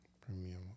Premium